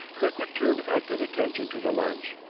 kirkwood turned active attention to the lunch.